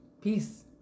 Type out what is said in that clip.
peace